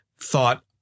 thought